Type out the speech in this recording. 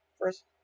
first